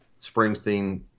Springsteen